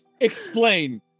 explain